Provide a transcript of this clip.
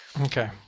Okay